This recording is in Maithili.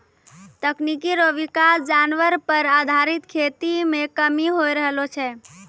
तकनीकी रो विकास जानवर पर आधारित खेती मे कमी होय रहलो छै